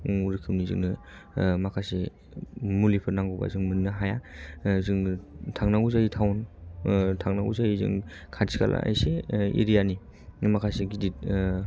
गुबुन रोखोमनि जोंनो माखासे मुलिफोर नांगौबा जों मोननो हाया जोङो थांनांगौ जायो टावन थांनांगौ जायो जों खाथि खाला एसे एरिया नि नों माखासे गिदिर